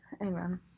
Amen